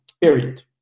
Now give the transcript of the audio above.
Period